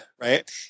Right